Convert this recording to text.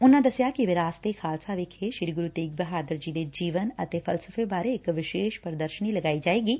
ਉਨੂਾ ਦਸਿਆ ਕਿ ਵਿਰਾਸਤ ਏ ਖਾਲਸਾ ਵਿਖੇ ਸ੍ਰੀ ਗੁਰੂ ਤੇਗ ਬਹਾਦਰ ਜੀ ਦੇ ਜੀਵਨ ਅਤੇ ਫਲਸਫੇ ਬਾਰੇ ਇਕ ਵਿਸ਼ੇਸ਼ ਪ੍ਰਦਰਸ਼ਨੀ ਲਗਾਈ ਜਾਵੇਗੀ